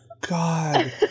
god